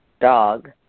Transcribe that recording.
Dog